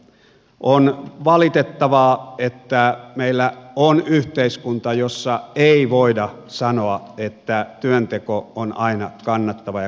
on valitettavaa että meillä on yhteiskunta jossa ei voida sanoa että työnteko on aina kannattava ja kannustava vaihtoehto